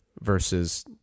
versus